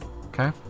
Okay